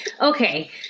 okay